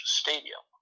stadium